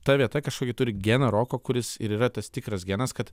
ta vieta kažkokį turi geną roko kuris ir yra tas tikras genas kad